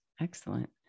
Excellent